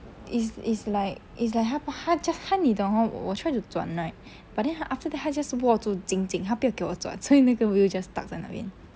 is is like is like 他他他你懂 hor 我 try to 转 right but then after that 他 just 握住紧紧他不要给我转所以那个 wheel just stuck 在那边